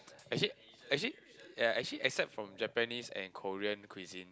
actually actually yea actually except from Japanese and Korean cuisine